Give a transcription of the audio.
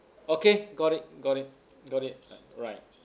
okay got it got it got it right